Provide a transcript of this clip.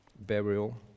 burial